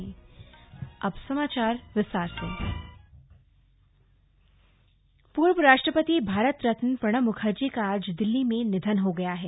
प्रणब मखर्जी निधन पूर्व राष्ट्रपति भारत रत्न प्रणब मुखर्जी का आज दिल्ली में निधन हो गया है